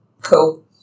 Cool